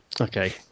Okay